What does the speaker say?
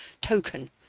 token